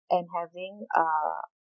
and having uh